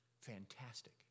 fantastic